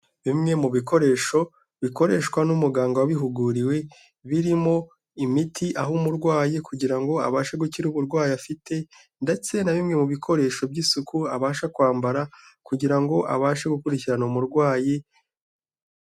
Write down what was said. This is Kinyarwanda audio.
Bimwe mu bikoresho bikoreshwa n'umuganga wabihuguriwe, birimo imiti aha umurwayi kugira ngo abashe gukira uburwayi afite ndetse na bimwe mu bikoresho by'isuku abasha kwambara kugira ngo abashe gukurikirana umurwayi.